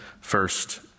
first